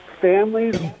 families